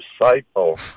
disciple